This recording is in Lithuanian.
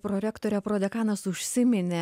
prorektore prodekanas užsiminė